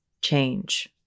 change